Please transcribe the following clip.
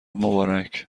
مبارک